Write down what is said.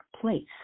place